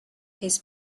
his